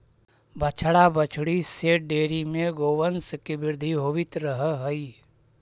बछड़ा बछड़ी से डेयरी में गौवंश के वृद्धि होवित रह हइ